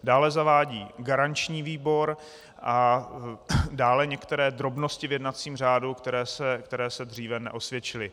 Dále zavádí garanční výbor a dále některé drobnosti v jednacím řádu, které se dříve neosvědčily.